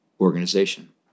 organization